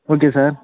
okay sir